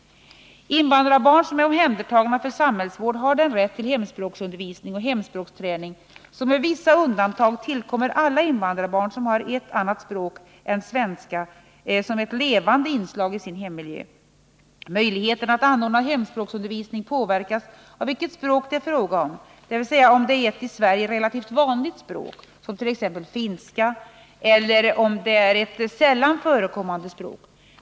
Invandrarbarn som är omhändertagna för samhällsvård har den rätt till hemspråksundervisning och hemspråksträning som med vissa undantag tillkommer alla invandrarbarn som har ett annat språk än svenska som ett levande inslag i sin hemmiljö. Möjligheterna att anordna hemspråksundervisning påverkas av vilket språk det är fråga om, dvs. om det är ett i Sverige relativt vanligt språk som t.ex. finska eller om det är ett sällan förekommande språk.